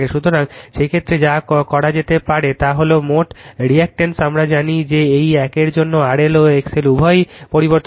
সুতরাং এই ক্ষেত্রে যা করা যেতে পারে তা হল মোট রিঅ্যাকটেন্স আমরা জানি যে এই একের জন্য RL ও XL উভয়ই পরিবর্তনশীল